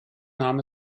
nahm